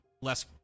less